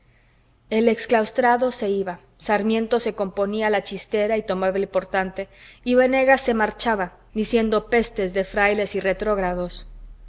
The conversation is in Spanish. el exclaustrado se iba sarmiento se componía la chistera y tomaba el portante y venegas se marchaba diciendo pestes de frailes y retrógrados